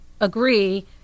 agree